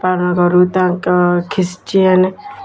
ପାଳନ କରୁ ତାଙ୍କ ଖ୍ରୀଷ୍ଟିଆନ୍